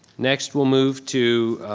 next we'll move to.